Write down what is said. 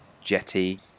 jetty